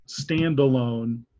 standalone